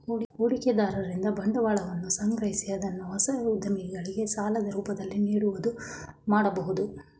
ಹೂಡಿಕೆದಾರರಿಂದ ಬಂಡವಾಳವನ್ನು ಸಂಗ್ರಹಿಸಿ ಅದನ್ನು ಹೊಸ ಉದ್ಯಮಗಳಿಗೆ ಸಾಲದ ರೂಪದಲ್ಲಿ ನೀಡುವುದು ಮಾಡಬಹುದು